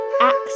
Acts